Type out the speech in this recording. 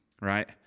right